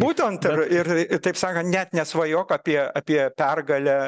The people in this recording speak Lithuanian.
būtent ir ir ir taip sakant net nesvajok apie apie pergalę